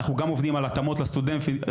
אנחנו גם עובדים על התאמות לסטודנטים,